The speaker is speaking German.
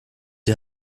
die